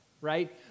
Right